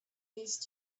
these